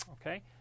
okay